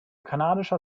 kanadischer